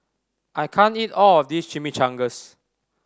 I can't eat all of this Chimichangas